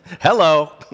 hello